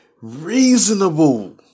reasonable